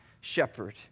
shepherd